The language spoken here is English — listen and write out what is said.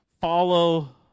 follow